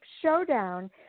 Showdown